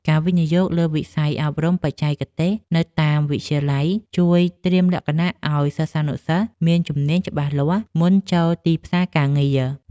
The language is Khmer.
ការវិនិយោគលើវិស័យអប់រំបច្ចេកទេសនៅតាមវិទ្យាល័យជួយត្រៀមលក្ខណៈឱ្យសិស្សានុសិស្សមានជំនាញច្បាស់លាស់មុនចូលទីផ្សារការងារ។